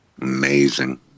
Amazing